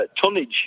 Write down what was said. tonnage